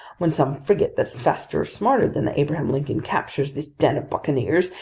when some frigate that's faster or smarter than the abraham lincoln captures this den of buccaneers,